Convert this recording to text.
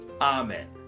amen